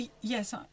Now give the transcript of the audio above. yes